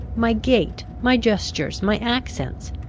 my gait, my gestures, my accents,